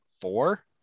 four